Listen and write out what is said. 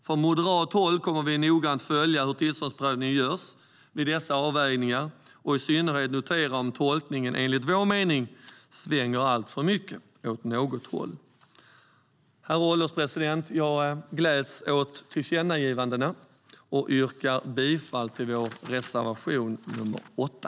Från moderat håll kommer vi noggrant att följa hur tillståndsprövningen görs vid dessa avvägningar och i synnerhet notera om tolkningen enligt vår mening svänger alltför mycket åt något håll. Herr ålderspresident! Jag gläds åt tillkännagivandena och yrkar bifall till vår reservation nr 8.